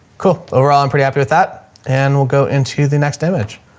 cool. overall, i'm pretty happy with that and we'll go into the next image.